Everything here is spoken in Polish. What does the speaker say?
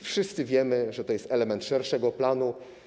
Wszyscy wiemy, że to jest element szerszego planu.